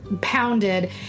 pounded